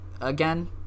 again